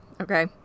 okay